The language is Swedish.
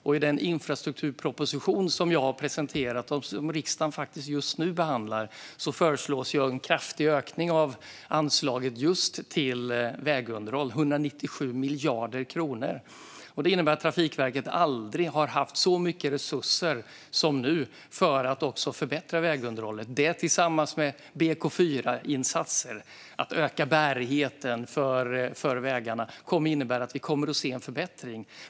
I den infrastrukturproposition som jag har presenterat och som riksdagen faktiskt just nu behandlar föreslås en kraftig ökning av anslaget just till vägunderhåll - 197 miljarder kronor. Det innebär att Trafikverket aldrig har haft så mycket resurser som nu för att förbättra vägunderhållet. Det tillsammans med BK4-insatser, att öka bärigheten på vägarna, kommer att innebära att vi kommer att se en förbättring.